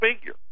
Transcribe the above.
figure